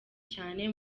cyane